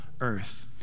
earth